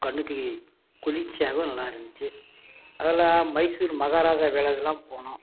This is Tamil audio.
கண்ணுக்கு குளிர்ச்சியாகவும் நல்லா இருந்துச்சு அதலாம் மைசூர் மகாராஜா பேலஸ்லாம் போனோம்